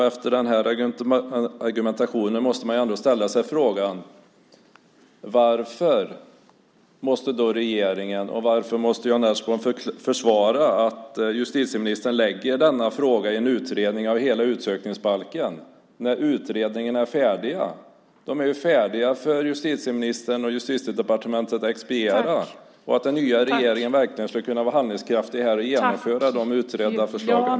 Efter den argumentationen måste man ändå ställa sig frågan: Varför måste då regeringen och Jan Ertsborn försvara att justitieministern lägger fram denna fråga i en utredning av hela utsökningsbalken, när utredningarna är färdiga? De är ju färdiga för justitieministern och Justitiedepartementet att expediera. Den nya regeringen skulle verkligen kunna vara handlingskraftig här och genomföra de utredda förslagen.